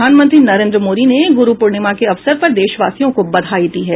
प्रधानमंत्री नरेंद्र मोदी ने गुरु पूर्णिमा के अवसर पर देशवासियों को बधाई दी है